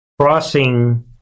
crossing